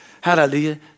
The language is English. hallelujah